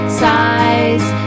size